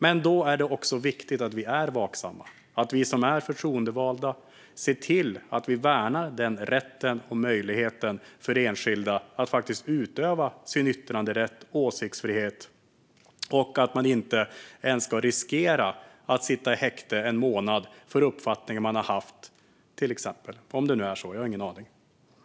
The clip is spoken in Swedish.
Men det är viktigt att vi är vaksamma och att vi som är förtroendevalda ser till att vi värnar rätten och möjligheten för enskilda att utöva sin yttrandefrihet och åsiktsfrihet. Man ska inte ens riskera att få sitta i häkte i en månad för uppfattningar som man har haft, till exempel. Jag har ingen aning om det nu är så.